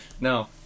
No